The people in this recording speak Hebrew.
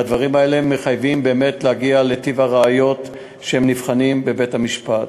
והדברים האלה מחייבים באמת להגיע לטיב הראיות כשהם נבחנים בבית-המשפט.